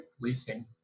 leasing